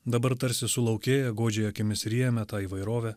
dabar tarsi sulaukėję godžiai akimis ryjame tą įvairovę